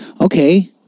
Okay